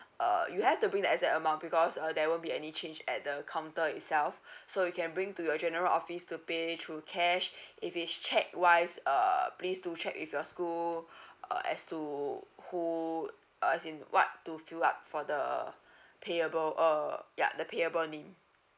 uh you have to bring the exact amount because uh there won't be any change at the counter itself so you can bring to your general office to pay through cash if is cheque wise uh please do check with your school uh as to who as in what to fill up for the payable uh ya the payable name